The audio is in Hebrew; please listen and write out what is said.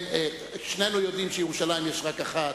שנינו יודעים שירושלים יש רק אחת.